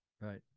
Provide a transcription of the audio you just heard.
right